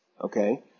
Okay